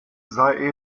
sei